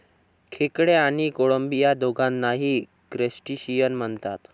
खेकडे आणि कोळंबी या दोघांनाही क्रस्टेशियन म्हणतात